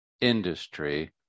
industry